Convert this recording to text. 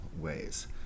ways